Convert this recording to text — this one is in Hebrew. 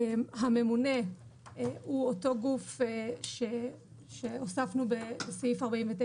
הממונה הוא אותו גוף שהוספנו בסעיף 49